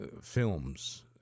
films